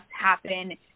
happen